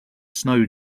snow